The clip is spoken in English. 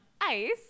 ice